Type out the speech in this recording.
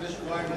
לפני שבועיים,